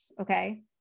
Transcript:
Okay